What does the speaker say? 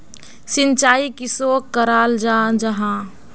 सिंचाई किसोक कराल जाहा जाहा?